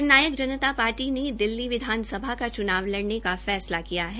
जननायक Janta Party ने दिल्ली का विधानसभा चुनाव लड़ने का फैसला किया है